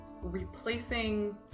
replacing